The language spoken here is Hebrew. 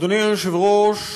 אדוני היושב-ראש,